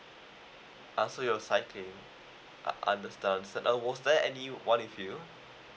ah so your side claim und~ understand uh was there anyone with you